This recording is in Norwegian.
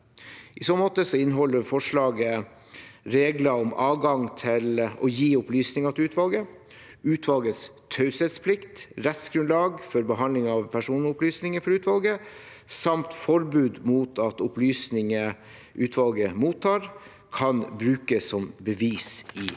I så måte inneholder forslaget regler om adgang til å gi opplysninger til utvalget, utvalgets taushetsplikt, rettsgrunnlag for behandling av personopplysninger for utvalget samt forbud mot at opplysninger utvalget mottar, kan brukes som bevis i senere